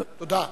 תודה.